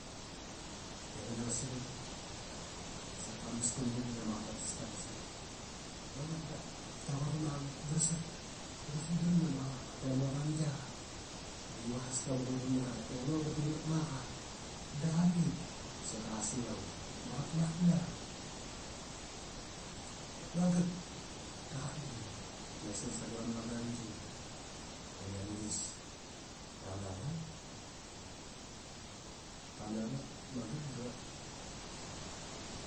De ngana ma srlik, i saka amas, tamna i nani ama qaqt tas tama srlik. De magat da raquiram a ba vrlsat da vrls dam nama qaqat da kurli ama ngrlnangia di qivas tama quramga dap ma ngarl mamga da lak ma qa da qamit ba sada slang. Ba qat matna dep magat da qat dan ba yase sagal ama ngrl nangi qin anavis da qat aqan ara, qa taqan ara dep magat da.